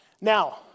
Now